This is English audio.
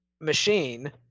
machine